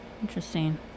Interesting